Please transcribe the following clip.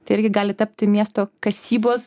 tai irgi gali tapti miesto kasybos